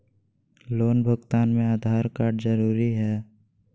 Loan भुगतान में Aadhaar card जरूरी है?